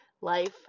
life